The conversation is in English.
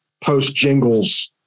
post-Jingle's